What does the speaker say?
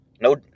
no